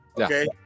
Okay